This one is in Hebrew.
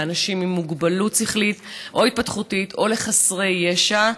לאנשים עם מוגבלות שכלית או התפתחותית או לחסרי ישע,